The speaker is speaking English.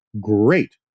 great